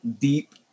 deep